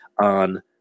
on